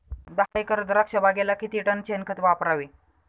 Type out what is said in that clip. दहा एकर द्राक्षबागेला किती टन शेणखत वापरावे?